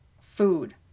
food